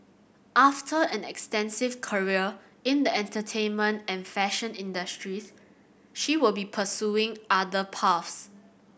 after an extensive career in the entertainment and fashion industries she will be pursuing other paths